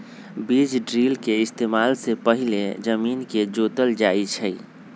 बीज ड्रिल के इस्तेमाल से पहिले जमीन के जोतल जाई छई